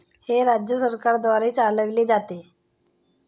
हे राज्य सरकारद्वारे चालविले जाते